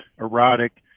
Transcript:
erotic